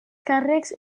càrrecs